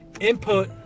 input